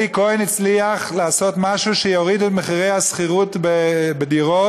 אלי כהן הצליח לעשות משהו שיוריד את מחירי השכירות בדירות,